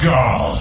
Girl